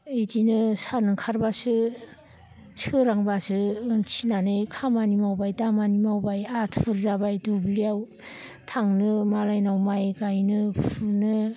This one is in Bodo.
इदिनो सान ओंखारब्लासो सोरांब्लासो उन्थिनानै खामानि मावबाय दामानि मावबाय आथुर जाबाय दुब्लियाव थांनो मालायनाव माइ गायनो फुनो